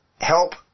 help